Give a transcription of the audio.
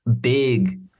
Big